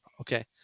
Okay